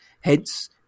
Hence